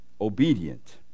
obedient